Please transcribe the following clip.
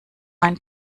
ein